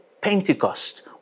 Pentecost